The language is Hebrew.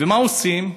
ומה עושים?